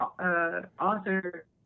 author